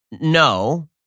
No